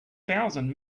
thousand